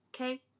Okay